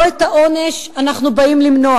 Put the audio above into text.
לא את העונש אנחנו באים למנוע